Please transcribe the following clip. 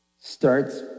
starts